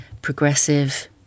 progressive